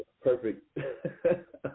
perfect